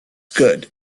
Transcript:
good